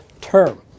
term